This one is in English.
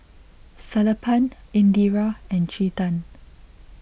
Sellapan Indira and Chetan